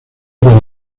para